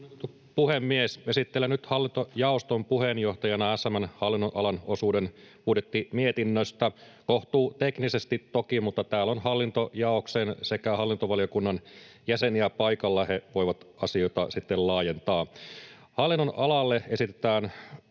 puhemies! Esittelen nyt hallintojaoston puheenjohtajana SM:n hallinnonalan osuuden budjettimietinnöstä, kohtuu teknisesti toki, mutta täällä on hallintojaoksen sekä hallintovaliokunnan jäseniä paikalla ja he voivat asioita sitten laajentaa. Hallinnonalalle esitetään 906 miljoonaa